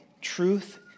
Truth